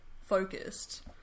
focused